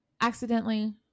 accidentally